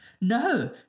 No